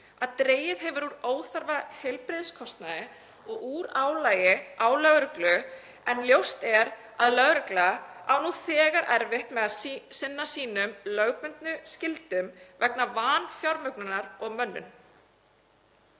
að dregið hefur úr óþarfaheilbrigðiskostnaði og úr álagi á lögreglu en ljóst er að lögregla á nú þegar erfitt með að sinna sínum lögbundnu skyldum vegna vanfjármögnunar og mönnunar.